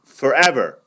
forever